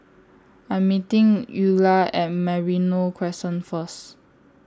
I'm meeting Eulah At Merino Crescent First